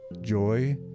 joy